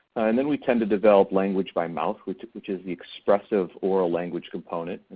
and then we tend to develop language by mouth which which is the expressive oral language component,